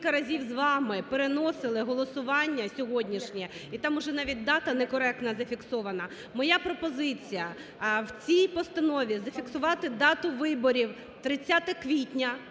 Моя пропозиція в цій постанові зафіксувати дату виборів – 30 квітня,